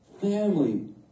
family